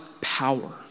power